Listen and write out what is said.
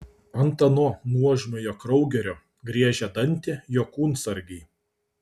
ant ano nuožmiojo kraugerio griežia dantį jo kūnsargiai